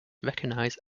recognize